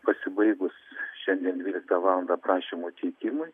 pasibaigus šiandien dvyliktą valandą prašymų teikimui